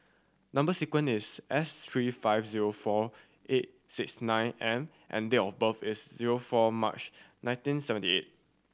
number sequence is S three five zero four eight six nine M and date of birth is zero four March nineteen seventy eight